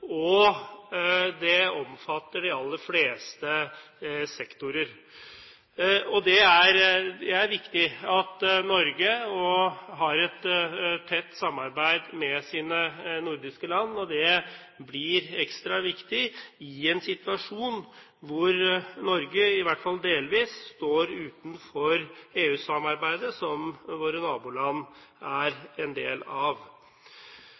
det omfatter de fleste sektorer. Det er viktig at Norge har et tett samarbeid med de nordiske land, og det blir ekstra viktig i en situasjon hvor Norge – i hvert fall delvis – står utenfor EU-samarbeidet, som våre naboland er en del av.